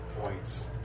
points